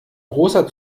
großer